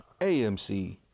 AMC